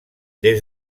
des